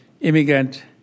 Immigrant